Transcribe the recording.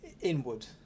inward